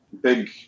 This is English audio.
big